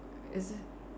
is it